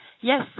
Yes